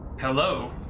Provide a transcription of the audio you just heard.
Hello